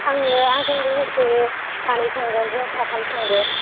आङो आंजों लोगोसे सानै थांगोन जों साथाम थांगोन